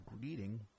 greeting